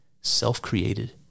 self-created